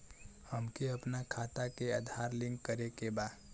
हमके अपना खाता में आधार लिंक करें के बा?